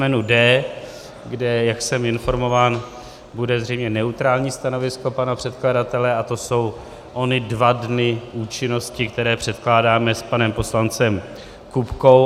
D, kde, jak jsem informován, bude zřejmě neutrální stanovisko pana předkladatele, a to jsou ony dva dny účinnosti, které předkládáme s panem poslancem Kupkou.